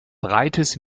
breites